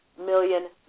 million